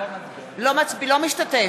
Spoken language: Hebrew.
לא משתתף?